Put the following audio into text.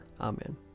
Amen